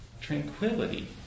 tranquility